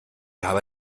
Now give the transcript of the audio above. habe